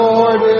Lord